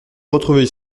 retrouvait